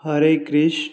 Hari Krishna